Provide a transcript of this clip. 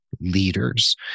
leaders